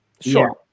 Sure